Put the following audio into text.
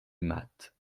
aimâtes